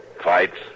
Fights